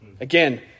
Again